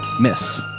Miss